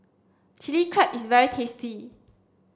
Chilli Crab is very tasty